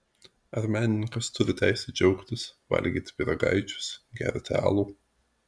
ar menininkas turi teisę džiaugtis valgyti pyragaičius gerti alų